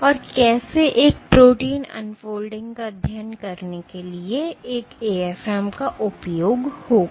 और कैसे एक प्रोटीन अनफोल्डिंग का अध्ययन करने के लिए एक AFM का उपयोग होगा